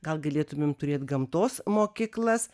gal galėtumėm turėt gamtos mokyklas